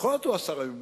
בכל זאת, הוא השר הממונה.